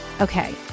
Okay